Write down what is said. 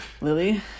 Lily